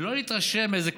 ולא להתרשם מאיזה,